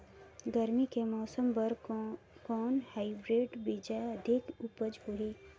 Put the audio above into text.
गरमी के मौसम बर कौन हाईब्रिड बीजा अधिक उपज होही?